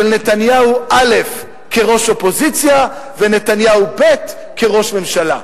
נתניהו א' כראש אופוזיציה ונתניהו ב' כראש ממשלה.